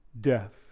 Death